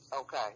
Okay